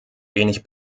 wenig